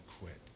quit